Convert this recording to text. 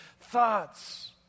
thoughts